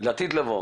אלא לעתיד לבוא.